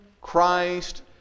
Christ